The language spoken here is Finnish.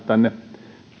tänne